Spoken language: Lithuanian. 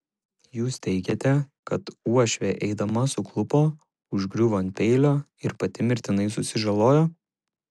jūs teigiate kad uošvė eidama suklupo užgriuvo ant peilio ir pati mirtinai susižalojo